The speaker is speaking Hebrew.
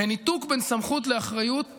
ניתוק בין סמכות לאחריות,